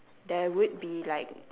there would be like